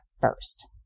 first